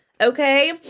okay